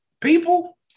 people